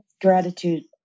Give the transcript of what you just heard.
Gratitude